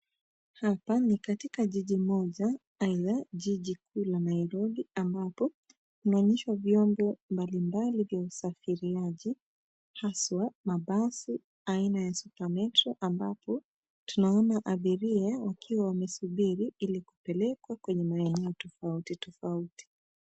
Hapa ni katika jiji moja aidha jiji kuu la Nairobi ambapo tunaonyeshwa vyombo mbalimbali vya usafiriaji haswa mabasi aina ya SuperMetro ambapo tunaona abiria wakiwa wamesubiri ili kupelekwa kwenye maeneo tofauti tofauti.